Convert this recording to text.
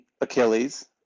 Achilles